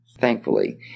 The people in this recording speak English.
Thankfully